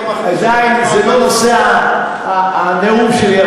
זה לא נושא הנאום שלי,